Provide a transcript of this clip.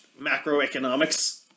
macroeconomics